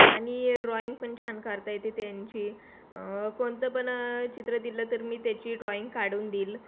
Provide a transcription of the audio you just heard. आणि ड्रॉईंग पण छान करता येते त्यांची कोणतं पण चित्र दिलं तर मी त्याची ड्रॉईंग काढून देईल